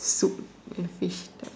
soup and fish the